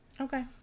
Okay